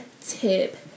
tip